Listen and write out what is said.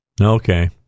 okay